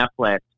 Netflix